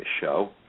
show